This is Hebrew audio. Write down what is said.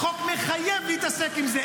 החוק מחייב להתעסק בזה.